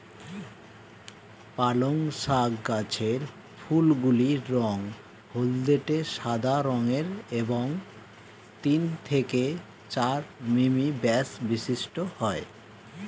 পালং শাক গাছের ফুলগুলি রঙ হলদেটে সাদা রঙের এবং তিন থেকে চার মিমি ব্যাস বিশিষ্ট হয়